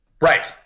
Right